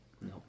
no